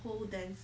whole dense